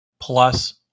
Plus